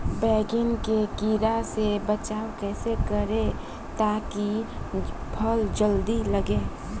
बैंगन के कीड़ा से बचाव कैसे करे ता की फल जल्दी लगे?